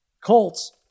Colts